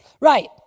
Right